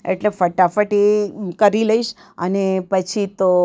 એટલે ફટાફટ એ કરી લઈશ અને પછી તો